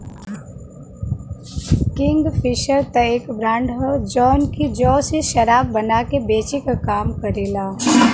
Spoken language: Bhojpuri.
किंगफिशर त एक ब्रांड हौ जौन की जौ से शराब बना के बेचे क काम करला